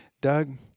Doug